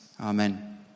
Amen